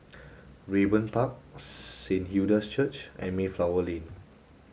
Raeburn Park Saint Hilda's Church and Mayflower Lane